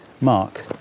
Mark